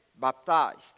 baptized